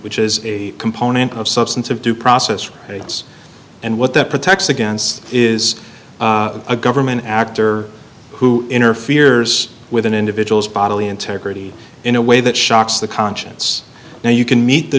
which is a component of substantive due process rights and what that protects against is a government actor who interferes with an individual's bodily integrity in a way that shocks the conscience now you can meet the